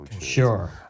Sure